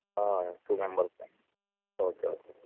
two members అండి okay okay